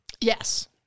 Yes